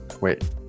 Wait